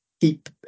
keep